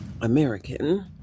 American